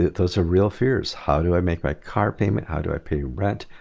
those are real fears. how do i make my car payment? how do i pay rent?